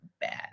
bad